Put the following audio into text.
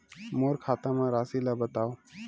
मोर खाता म राशि ल बताओ?